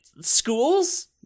schools